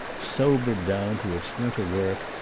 sobered down to its winter work,